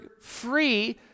free